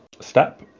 step